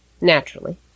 naturally